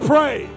Pray